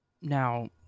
Now